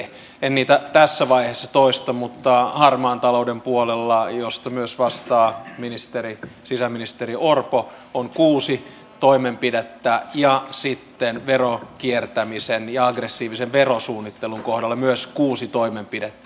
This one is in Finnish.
en niitä tässä vaiheessa toista mutta harmaan talouden puolella josta myös vastaa sisäministeri orpo on kuusi toimenpidettä ja sitten veron kiertämisen ja aggressiivisen verosuunnittelun kohdalla myös kuusi toimenpidettä